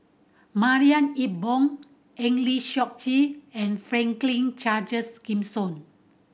Marie Ethel Bong Eng Lee Seok Chee and Franklin Charles Gimson